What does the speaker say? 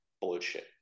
bullshit